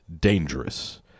dangerous